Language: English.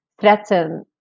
threaten